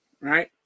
Right